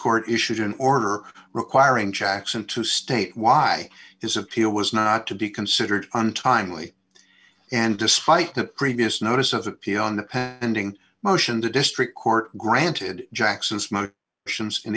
court issued an order requiring jackson to state why is appeal was not to be considered untimely and despite that previous notice of appeal on ending motion the district court granted jackson